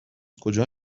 کجا